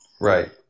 Right